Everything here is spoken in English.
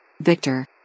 Victor